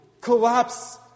collapse